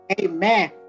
Amen